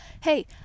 hey